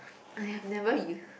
I have never use